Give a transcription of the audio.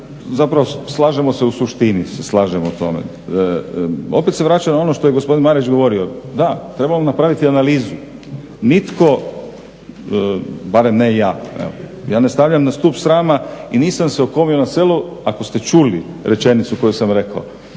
zapravo slažemo se u suštini o tome. Opet se vraćam na ono što je gospodin Marić govorio da, trebalo bi napraviti analizu. Nitko, barem ne ja, ja ne stavljam na stup srama i nisam se okomio na selo. Ako ste čuli rečenicu koju sam rekao